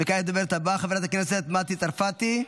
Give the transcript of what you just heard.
וכעת הדוברת הבאה, חברת הכנסת מטי צרפתי,